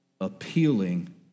appealing